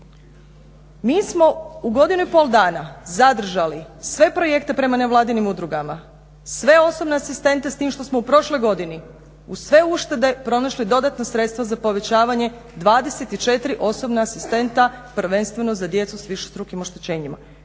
Mi smo u godinu i pol dana zadržali sve projekte prema nevladinim udrugama, sve osobne asistente s tim što smo u prošloj godini uz sve uštede pronašli dodatna sredstva za povećavanje 24 osobna asistenta prvenstveno za djecu s višestrukim oštećenjima.